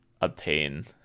obtain